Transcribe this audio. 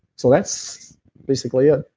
so, that's basically it